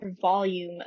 volume